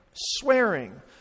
swearing